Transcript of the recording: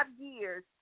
years